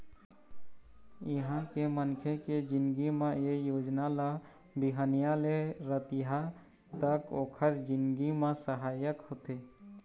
इहाँ के मनखे के जिनगी म ए योजना ल बिहनिया ले रतिहा तक ओखर जिनगी म सहायक होथे